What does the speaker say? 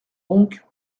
donc